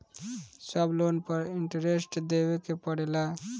सब लोन पर इन्टरेस्ट देवे के पड़ेला?